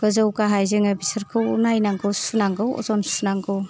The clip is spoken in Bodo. गोजौ गाहाय जोङो बिसोरखौ नायनांगौ सुनांगौ अजन सुनांगौ